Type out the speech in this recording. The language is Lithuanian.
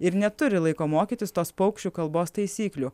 ir neturi laiko mokytis tos paukščių kalbos taisyklių